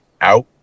out